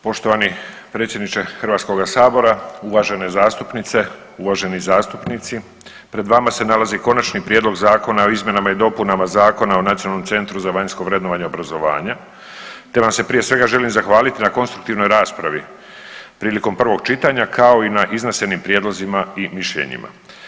Poštovani predsjedniče Hrvatskoga sabora, uvažene zastupnice, uvaženi zastupnici pred vama se nalazi Konačni prijedlog Zakona o izmjenama i dopunama Zakona o Nacionalnom centru za vanjsko vrednovanje obrazovanja te vam se prije svega želim zahvaliti na konstruktivnoj raspravi prilikom prvog čitanja kao i na iznesenim prijedlozima i mišljenjima.